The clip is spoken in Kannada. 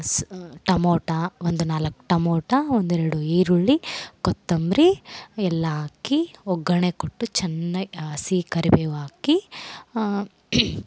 ಸಹ ಟಮೊಟ ಒಂದು ನಾಲ್ಕು ಟಮೊಟ ಒಂದೆರಡು ಈರುಳ್ಳಿ ಕೊತ್ತಂಬರಿ ಎಲ್ಲ ಹಾಕಿ ಒಗ್ಗರಣೆ ಕೊಟ್ಟು ಚೆನ್ನ ಹಸಿ ಕರಿಬೇವು ಹಾಕಿ